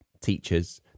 teachers